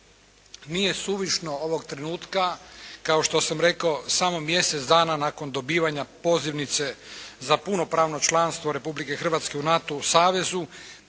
Nije suvišno ovog trenutka, kao što sam rekao, samo mjesec dana nakon dobivanja pozivnice za punopravno članstvo Republike Hrvatske u NATO savezu,